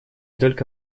только